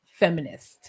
feminist